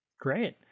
great